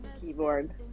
Keyboard